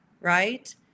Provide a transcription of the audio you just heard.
right